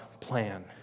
plan